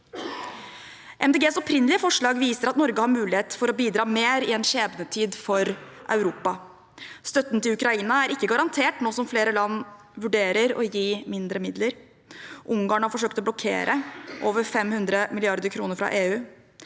opprinnelige forslag viser at Norge har mulighet for å bidra mer i en skjebnetid for Europa. Støtten til Ukraina er ikke garantert, nå som flere land vurderer å gi mindre midler. Ungarn har forsøkt å blokkere over 500 mrd. kr fra EU.